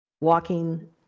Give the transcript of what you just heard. walking